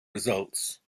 results